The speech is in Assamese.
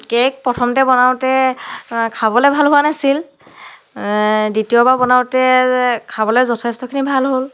কেক প্ৰথমতে বনাওঁতে খাবলে ভাল হোৱা নাছিল দ্বিতীয়বাৰ বনাওঁতে খাবলে যথেষ্টখিনি ভাল হ'ল